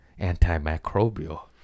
Antimicrobial